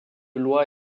lois